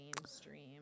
mainstream